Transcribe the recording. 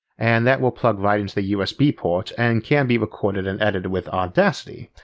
and that will plug right into a usb port and can be recorded and edited with audacity,